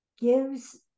gives